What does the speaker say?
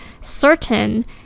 certain